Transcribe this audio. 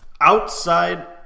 Outside